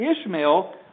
Ishmael